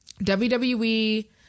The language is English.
WWE